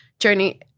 Journey